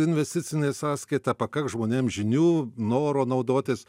investicinė sąskaita pakaks žmonėms žinių noro naudotis